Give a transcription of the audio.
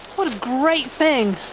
what a great thing,